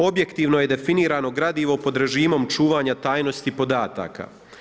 Objektivno je definirano gradivo pod režimom čuvanja tajnosti podataka.